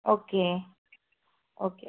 okay okay okay